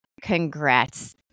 Congrats